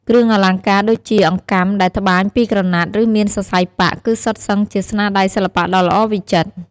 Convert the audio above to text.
គ្រឿងអលង្ការដូចជាអង្កាំដែលត្បាញពីក្រណាត់ ឬមានសរសៃប៉ាក់ គឺសុទ្ធសឹងជាស្នាដៃសិល្បៈដ៏ល្អវិចិត្រ។